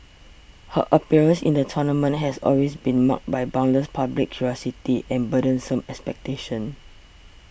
her appearance in the tournament has always been marked by boundless public curiosity and burdensome expectations